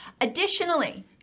additionally